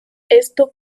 esto